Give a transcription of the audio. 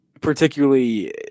particularly